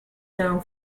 known